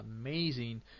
amazing